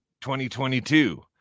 2022